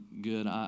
good